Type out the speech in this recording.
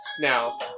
Now